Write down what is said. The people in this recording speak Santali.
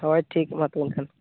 ᱦᱳᱭ ᱴᱷᱤᱠ ᱢᱟ ᱛᱚᱵᱮ ᱮᱱᱠᱷᱟᱱ